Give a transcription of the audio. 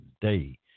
day